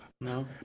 no